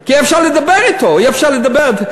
כי אי-אפשר לדבר אתו, אי-אפשר לדבר.